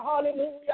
hallelujah